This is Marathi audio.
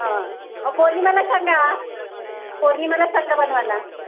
हां अहो पोर्निमाला सांगा पोर्निमाला सांगा बनवायला